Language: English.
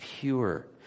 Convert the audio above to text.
pure